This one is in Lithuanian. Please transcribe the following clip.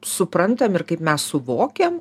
suprantam ir kaip mes suvokiam